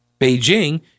Beijing